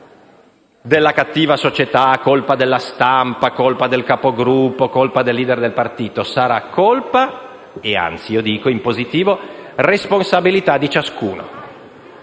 della cattiva società, della stampa, del capogruppo o del *leader* del partito, sarà colpa anzi - lo dico in positivo - responsabilità, di ciascuno